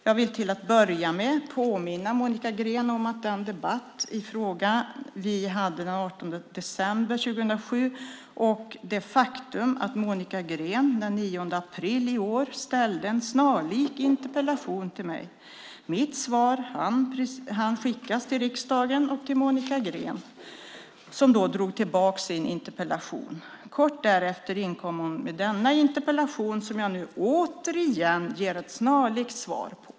Jag vill till att börja med påminna Monica Green om den debatt i frågan vi hade den 18 december 2007 och det faktum att Monica Green den 9 april i år ställde en snarlik interpellation till mig. Mitt svar hann skickas till riksdagen och till Monica Green, som då drog tillbaka sin interpellation. Kort därefter inkom hon med denna interpellation som jag nu återigen ger ett snarlikt svar på.